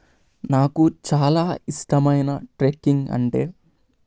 నాకు చాలా ఇష్టమైన ట్రెక్కింగ్ అంటే